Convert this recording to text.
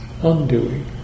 undoing